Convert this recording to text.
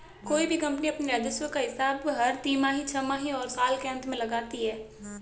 कोई भी कम्पनी अपने राजस्व का हिसाब हर तिमाही, छमाही और साल के अंत में लगाती है